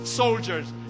soldiers